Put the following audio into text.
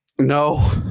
No